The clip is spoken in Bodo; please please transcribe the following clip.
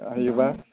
जायोब्ला